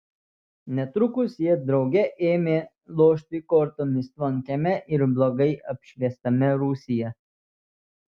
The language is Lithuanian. netrukus jie drauge ėmė lošti kortomis tvankiame ir blogai apšviestame rūsyje